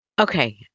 Okay